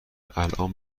الان